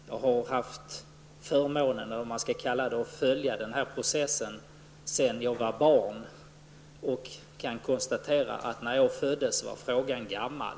Jag har haft förmånen att följa den process sedan jag var barn, och jag kan konstatera att när jag föddes var frågan gammal.